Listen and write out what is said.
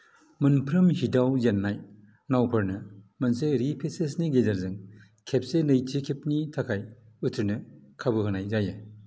मोनफ्रोम हीटाव जेन्नाय नावफोरनो मोनसे रिपेचेजनि गेजेरजों खेबसे नैथि खेबनि थाखाय उथ्रिनो खाबु होनाय जायो